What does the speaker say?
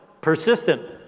persistent